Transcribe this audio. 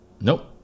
Nope